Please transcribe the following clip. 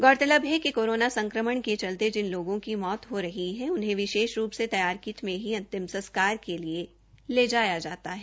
गौरतलब है कि कोरोना संक्रमण के चलते जिन लोगों की मौत हो रहीउन्हें विशेष रूप से तैयार किट में ही अंतिम संस्कार के लिए ले जाया जाता है